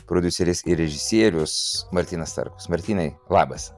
prodiuseris ir režisierius martynas starkus martynai labas